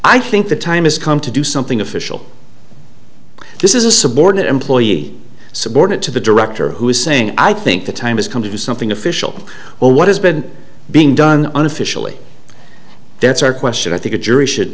i think the time has come to do something official this is a subordinate employee subordinate to the director who is saying i think the time has come to do something official or what has been being done an officially that's our question i think a jury should